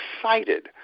excited